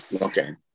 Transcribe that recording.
okay